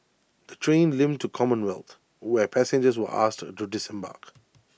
the train limped to commonwealth where passengers were asked to disembark